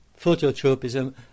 phototropism